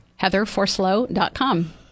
HeatherForSlow.com